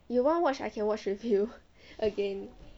you want watch I can watch with you again